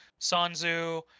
Sanzu